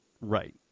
Right